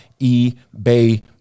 ebay